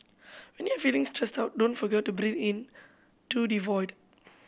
when you are feeling stressed out don't forget to breathe into the void